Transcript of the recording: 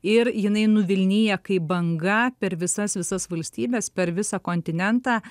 ir jinai nuvilnija kaip banga per visas visas valstybes per visą kontinentą